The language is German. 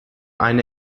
eine